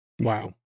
Wow